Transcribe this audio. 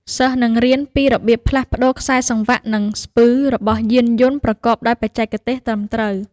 សិស្សនឹងរៀនពីរបៀបផ្លាស់ប្តូរខ្សែសង្វាក់ និងស្ពឺ របស់យានយន្តប្រកបដោយបច្ចេកទេសត្រឹមត្រូវ។